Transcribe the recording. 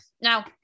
Now